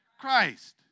Christ